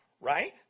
right